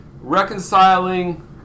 Reconciling